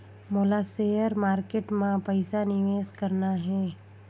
मोला share market मां पइसा निवेश करना हे?